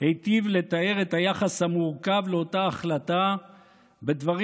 היטיב לתאר את היחס המורכב לאותה החלטה בדברים